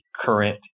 current